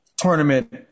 Tournament